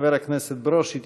חבר הכנסת ברושי,